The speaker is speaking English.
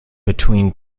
between